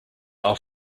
are